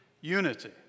unity